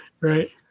right